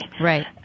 right